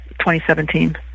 2017